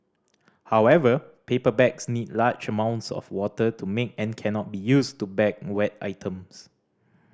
however paper bags need large amounts of water to make and cannot be used to bag wet items